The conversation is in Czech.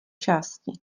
části